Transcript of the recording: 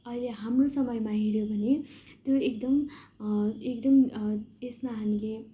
अहिले हाम्रो समयमा हेर्यो भने त्यो एकदम एकदम यसमा हामीले